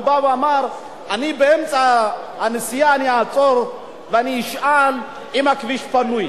הוא בא ואמר: באמצע הנסיעה אני אעצור ואשאל אם הכביש פנוי.